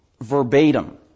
Verbatim